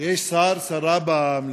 יש שר, שרה במליאה?